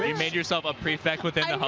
made made yourself a prefect?